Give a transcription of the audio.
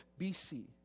BC